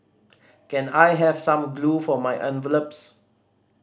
can I have some glue for my envelopes